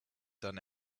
done